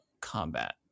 combat